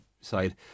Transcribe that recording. side